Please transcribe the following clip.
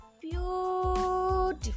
beautiful